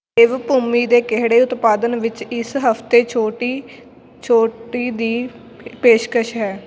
ਦੇਵਭੂਮੀ ਦੇ ਕਿਹੜੇ ਉਤਪਾਦਨ ਵਿੱਚ ਇਸ ਹਫ਼ਤੇ ਛੋਟੀ ਛੋਟੀ ਦੀ ਪੇਸ਼ਕਸ਼ ਹੈ